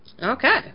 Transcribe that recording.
Okay